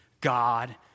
God